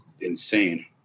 insane